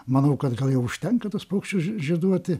manau kad gal jau užtenka tuos paukščius ž žieduoti